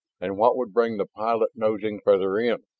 and what would bring the pilot nosing farther in?